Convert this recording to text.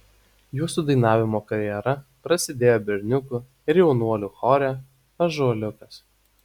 jūsų dainavimo karjera prasidėjo berniukų ir jaunuolių chore ąžuoliukas